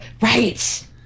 Right